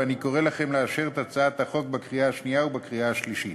ואני קורא לכם לאשר את הצעת החוק בקריאה השנייה ובקריאה השלישית.